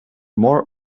more